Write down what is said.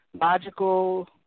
logical